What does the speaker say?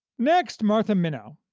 next martha minnow,